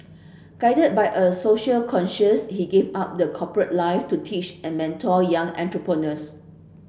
guided by a social conscience he gave up the corporate life to teach and mentor young entrepreneurs